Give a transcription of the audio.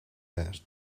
earth